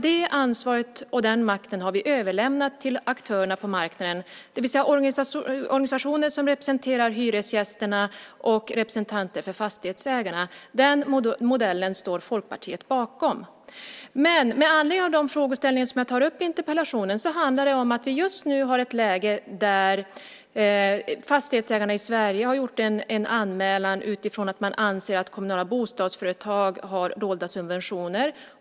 Det ansvaret och den makten har vi överlämnat till aktörerna på marknaden, det vill säga organisationer som representerar hyresgästerna och representanter för fastighetsägarna. Den modellen står Folkpartiet bakom. De frågeställningar som jag tar upp i interpellationen handlar om att vi just nu har ett läge där fastighetsägarna i Sverige har gjort en anmälan utifrån att de anser att kommunala bostadsföretag har dolda subventioner.